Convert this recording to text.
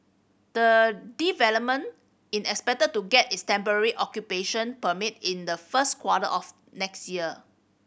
the development in expected to get its temporary occupation permit in the first quarter of next year